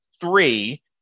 three